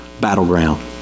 battleground